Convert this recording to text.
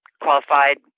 qualified